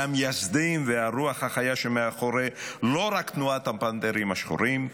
מהמייסדים והרוח החיה לא רק מאחורי תנועת הפנתרים השחורים,